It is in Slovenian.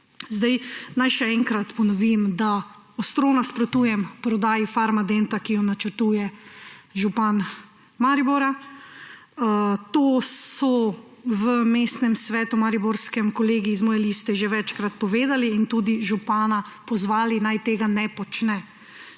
vodijo. Naj še enkrat ponovim, da ostro nasprotujem prodaji Farmadenta, ki jo načrtuje župan Maribora. To so v mariborskem mestnem svetu kolegi iz moje liste že večkrat povedali in tudi župana pozvali, naj tega ne počne.